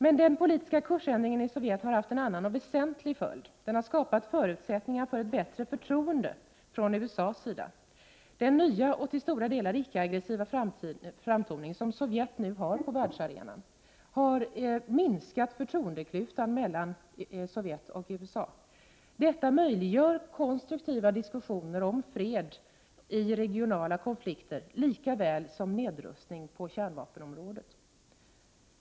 Men den politiska kursändringen i Sovjet har en annan och väsentlig följd. Den har skapat förutsättningar för ett bättre förtroende från USA:s sida. Den nya och till stora delar icke-aggressiva framtoning som Sovjet nu har på världsarenan har minskat förtroendeklyftan mellan Sovjet och USA. Detta möjliggör konstruktiva diskussioner om fred i regionala konflikter lika väl som nedrustning på kärnvapenområdet.